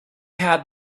had